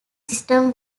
system